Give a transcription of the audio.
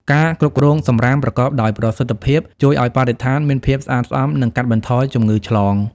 ការគ្រប់គ្រងសំរាមប្រកបដោយប្រសិទ្ធភាពជួយឱ្យបរិស្ថានមានភាពស្អាតស្អំ និងកាត់បន្ថយជំងឺឆ្លង។